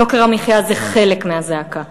יוקר המחיה זה חלק מהזעקה.